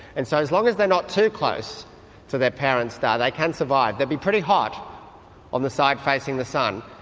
and so as long as they're not too close to their parent star they can survive. they'd be pretty hot on the side facing the sun,